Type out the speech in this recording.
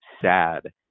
sad